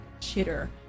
chitter